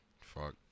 fuck